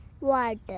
water